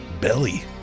Belly